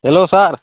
hello sir